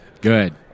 Good